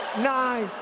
nine,